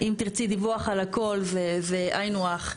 אם תרצי דיווח על הכל זה היינו הך.